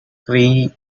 family